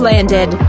Landed